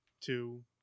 two